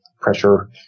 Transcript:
pressure